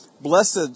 Blessed